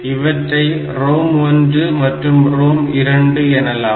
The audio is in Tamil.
இவற்றை ROM1 மற்றும் ROM2 எனலாம்